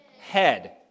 Head